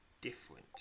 different